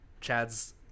chad's